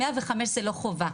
105 זו לא חובה.